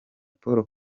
paul